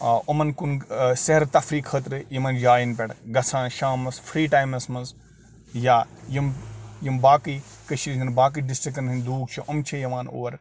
یِمَن کُن سیرٕ تفریٖح خٲطرٕ یِمَن جایَن پٮ۪ٹھ گژھان شامَس فِرٛی ٹایمَس منٛز یا یِم یِم باقٕے کٔشیٖرِ ہِنٛدٮ۪ن باقٕے ڈِسٹِرٛکَن ہٕنٛدۍ لوٗکھ چھِ یِم چھےٚ یِوان اور